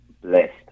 blessed